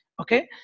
Okay